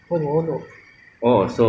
um I think is like through